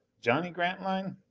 johnny grantline?